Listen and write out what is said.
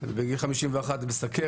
בגיל 51 מסוכרת,